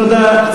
תודה.